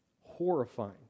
horrifying